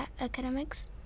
academics